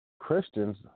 Christians